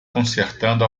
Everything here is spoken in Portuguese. consertando